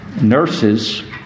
nurses